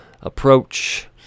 approach